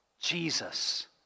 Jesus